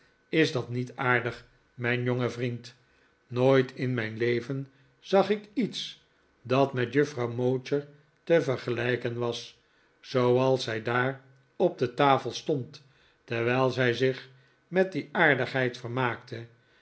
is dat niet aardig mijn jonge vriend nooit in mijn leven zag ik iets dat met juffrouw mowcher te vergelijken was zooals zij daar op de tafel stond terwijl zij zich met die aardigheid vermaakte